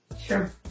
Sure